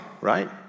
right